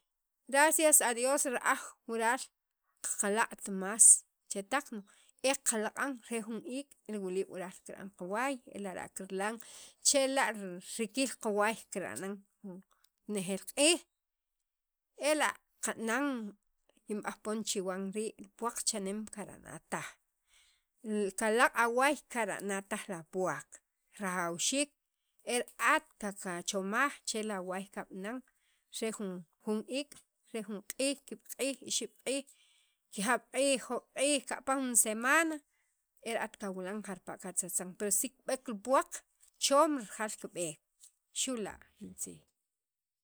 gracias a Dios ra'aj wural qaqalaq't más chetaq e qalaq'an re jun iik' li wiliib' wural kira'n qawaay e lara' kirilan chela' rikil qawaay kira'nan renejeel q'iij ela' qana'n kinb'aj poon chiwan rii' li puwaq chaneem rii' kirana'a taj kalaq' awaay kara'na taj la puwaq rajawxiik e ra'at kachomaj che la waay kab'aann re jun iik' re jun q'iij, ki'ab' q'iij, ixeb' q'iij, kijab' q'iij jo'oob' q'iij kapan jun semana e ra'at kawilan jarpala' katzatan pero si kib'eek li puwaq choom li puwaq kib'eek xu' la' ni tziij.